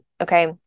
Okay